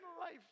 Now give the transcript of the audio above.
life